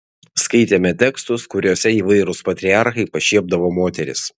skaitėme tekstus kuriuose įvairūs patriarchai pašiepdavo moteris